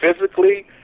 physically